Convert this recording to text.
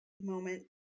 moment